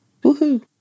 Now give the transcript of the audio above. Woohoo